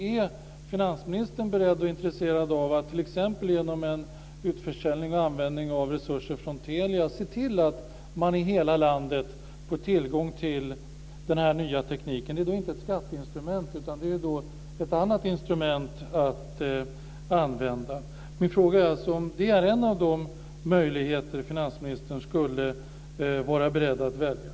Är finansministern beredd och intresserad av att t.ex. genom en utförsäljning och användning av resurser från Telia se till att man i hela landet får tillgång till den nya tekniken? Det är då inte ett skatteinstrument utan ett annat instrument att använda. Min fråga är alltså om det är en av de möjligheter som finansministern skulle vara beredd att välja.